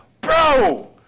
bro